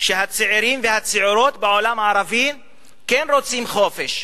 שהצעירים והצעירות בעולם הערבי כן רוצים חופש,